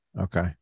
Okay